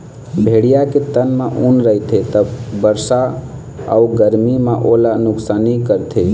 भेड़िया के तन म ऊन रहिथे त बरसा अउ गरमी म ओला नुकसानी करथे